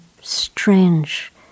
strange